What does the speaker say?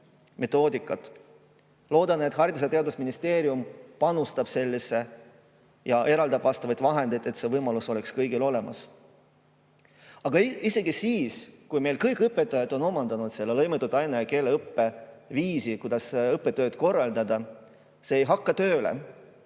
metoodikat. Loodan, et Haridus- ja Teadusministeerium panustab sellesse ja eraldab vastavaid vahendeid, et see võimalus oleks kõigil olemas. Aga isegi siis, kui meil kõik õpetajad on omandanud selle lõimitud aine- ja keeleõppe viisi, kuidas õppetööd korraldada, see ei hakka tööle,